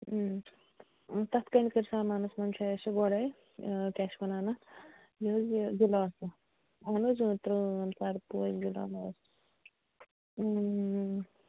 تَتھ کَنٛدکٔر سامانَس منٛز چھُ اَسہِ وولٕے کیٛاہ چھِ وَنان اَتھ یہِ حظ یہِ گِلاسہٕ اَہَن حظ ترام سَرپوش